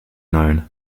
known